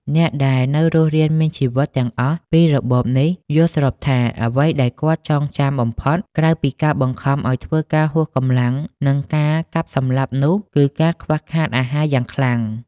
អ្នក ដែលនៅរស់រានមានជីវិតទាំងអស់ពីរបបនេះ យល់ស្របថា អ្វីដែល គាត់ចងចាំបំផុតក្រៅពីការបង្ខំឱ្យធ្វើការហួសកម្លាំងនិងការកាប់សម្លាប់ នោះ គឺការខ្វះខាតអាហារយ៉ាងខ្លាំង ។